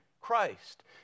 Christ